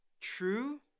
true